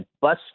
bus